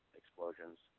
explosions